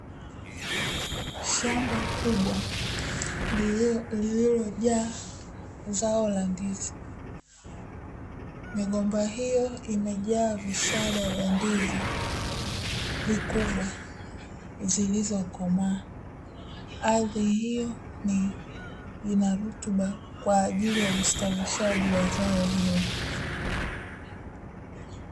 Shamba kubwa lililojaa zao la ndizi. Migomba hiyo imejaa vishada vya ndizi vikubwa zilizokomaa. Ardhi hiyo inarutuba kwa ajili ya ustawishaji wa zao hilo.